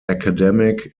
academic